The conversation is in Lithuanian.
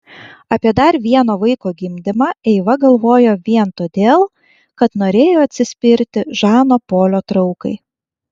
apie dar vieno vaiko gimdymą eiva galvojo vien todėl kad norėjo atsispirti žano polio traukai